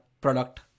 product